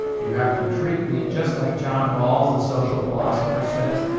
you have to treat me just like john rowles the social philosopher says,